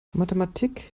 mathematik